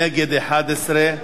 נגד, 11,